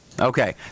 Okay